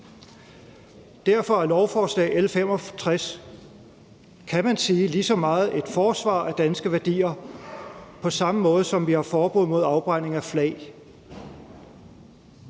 Derfor er lovforslag L 65, kan man sige, lige så meget et forsvar af danske værdier på samme måde, som vi har forbud mod afbrænding af flag.